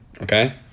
Okay